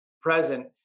present